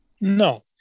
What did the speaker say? No